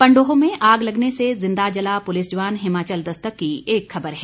पंडोह में आग लगने से जिंदा जला पुलिस जवान हिमाचल दस्तक की खबर है